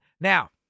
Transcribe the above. Now